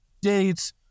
dates